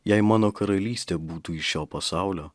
jei mano karalystė būtų iš šio pasaulio